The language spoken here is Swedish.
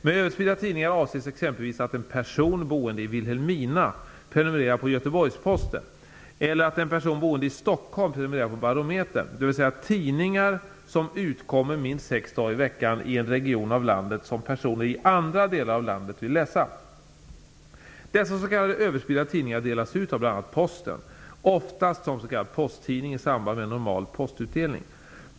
Med överspridda tidningar avses exempelvis att en person boende i Vilhelmina prenumererar på Göteborgs-Posten eller att en person boende i Stockholm prenumererar på Barometern, dvs. tidningar som utkommer minst sex dagar i veckan i en region av landet och som personer i andra delar av landet vill läsa. Dessa s.k. överspridda tidningar delas ut av bl.a. Posten, oftast som s.k. posttidning i samband med normal postutdelning.